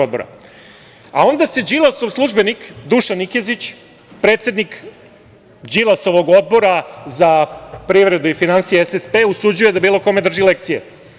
Onda se Đilasov službenik Dušan Nikezić, predsednik Đilasovog odbora za privredu i finansije SSP usuđuje da bilo kome drži lekcije.